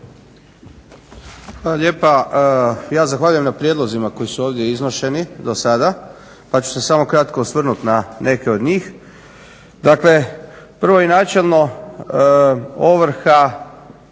lijepa. Ja zahvaljujem na prijedlozima koji su ovdje iznošeni do sada pa ću se samo kratko osvrnuti na neke od njih. Dakle prvo i načelno ovrha